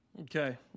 Okay